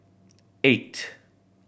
eight